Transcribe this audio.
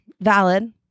valid